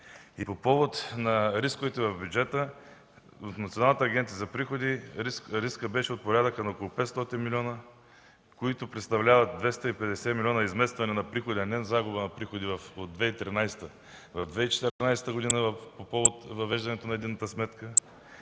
По повод рисковете в бюджета в Националната агенция за приходите рискът беше от порядъка около 500 милиона, които представляват 250 милиона изместване на приходи, а не загуба на приходи от 2013 г. в 2014 г. по повод въвеждането на единната сметка,